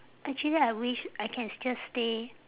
actually I wish I can s~ just stay